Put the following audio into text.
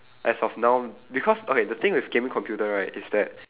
as of now because okay the thing with gaming computer right is that